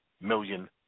million